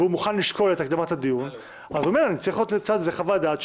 צריכה להיות לצד זה חוות דעת.